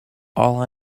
all